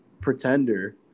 Pretender